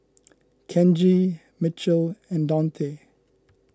Kenji Mitchel and Daunte